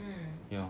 mm